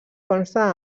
consta